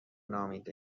نامیده